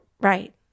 right